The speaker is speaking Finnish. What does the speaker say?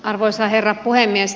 arvoisa herra puhemies